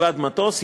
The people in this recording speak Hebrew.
גבעת-המטוס,